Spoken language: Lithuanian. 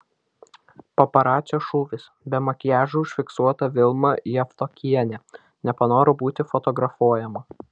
paparacio šūvis be makiažo užfiksuota vilma javtokienė nepanoro būti fotografuojama